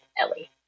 Ellie